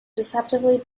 deceptively